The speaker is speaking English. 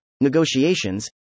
negotiations